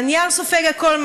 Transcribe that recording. הנייר סופג הכול,